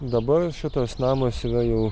dabar šitas namas yra jau